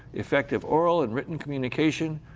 effective oral and written communication,